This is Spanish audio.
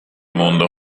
mundo